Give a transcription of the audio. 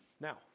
Now